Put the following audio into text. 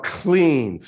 clean